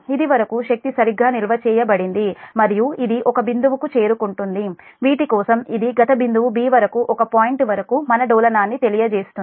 ఇది వరకు శక్తి సరిగ్గా నిల్వ చేయబడింది మరియు ఇది ఒక బిందువుకు చేరుకుంటుంది వీటి కోసం ఇది గత బిందువు 'b' వరకు ఒక పాయింట్ వరకు మన డోలనాన్ని తెలియజేస్తుంది